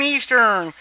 Eastern